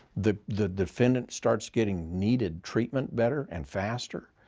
the the defendant starts getting needed treatment better and faster.